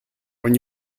when